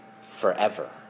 forever